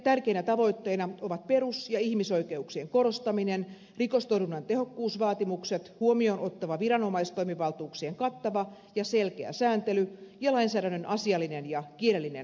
tärkeinä tavoitteina ovat perus ja ihmisoikeuksien korostaminen rikostorjunnan tehokkuusvaatimukset huomioon ottava viranomaistoimivaltuuksien kattava ja selkeä sääntely ja lainsäädännön asiallinen ja kielellinen tarkistaminen